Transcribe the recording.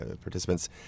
participants